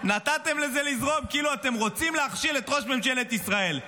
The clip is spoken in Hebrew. נתתם לזה לזרום כאילו אתם רוצים להכשיל את ראש ממשלת ישראל.